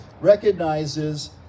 recognizes